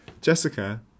Jessica